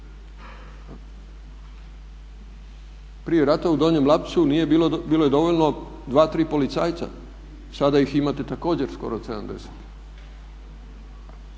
Prije rata u Donjem Lapcu nije bilo, bilo je dovoljno 2, 3 policajca, sada ih imate također skoro 70.